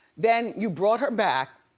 then you brought her back.